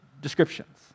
descriptions